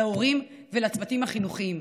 להורים ולצוותים החינוכיים.